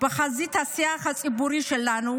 בחזית לשיח הציבורי שלנו?